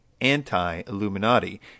anti-Illuminati